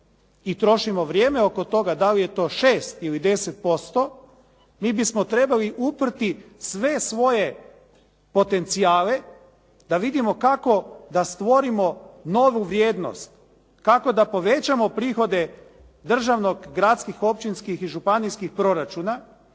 i trošimo vrijeme oko toga da li je to 6 ili 10%, mi bismo trebali uprti sve svoje potencijale da vidimo kako, da stvorimo novu vrijednost kako da povećamo prihode državnog, gradskih, općinskih i županijskih proračuna